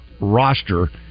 roster